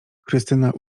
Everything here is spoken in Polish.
krystyna